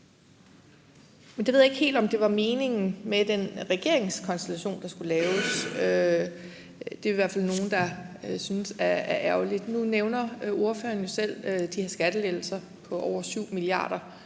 Men jeg ved ikke helt, om det var meningen med den regeringskonstellation, der skulle laves. Det er der i hvert fald nogle der synes er ærgerligt. Nu nævner ordføreren jo selv de her skattelettelser på over 7 mia.